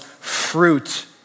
fruit